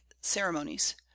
ceremonies